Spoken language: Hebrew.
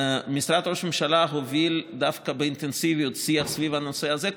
משרד ראש ממשלה הוביל דווקא באינטנסיביות שיח סביב הנושא הזה,